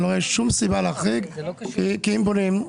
אני לא רואה שום סיבה להחריג כי אם בונים,